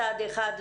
מצד אחד,